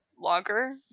longer